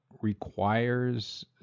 requires